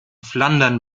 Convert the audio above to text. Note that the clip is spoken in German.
flandern